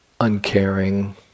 uncaring